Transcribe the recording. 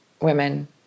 women